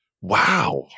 Wow